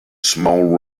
small